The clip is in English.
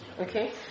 Okay